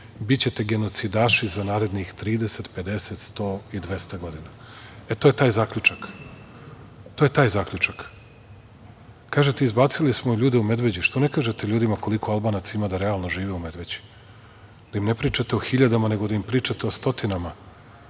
bićete genocidaši za narednih 30, 50, 100 i 200 godina. E, to je taj zaključak. Kažete da smo izbacili ljude u Medveđi? Što ne kažete ljudima koliko Albanaca ima da realno žive u Medveđi, da im ne pričate o hiljadama, nego da im pričate o stotinama. Koliko